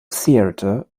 theatre